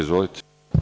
Izvolite.